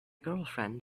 girlfriend